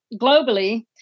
globally